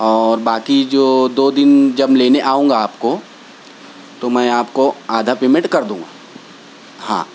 اور باقی جو دو دن جب لینے آؤں گا آپ کو تو میں آپ کو آدھا پیمنٹ کر دوں گا ہاں